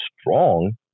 strong